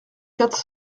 quatre